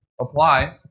Apply